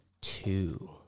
two